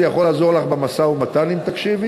זה יכול לעזור לך במשא-ומתן אם תקשיבי,